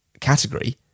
category